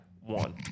One